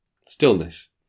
stillness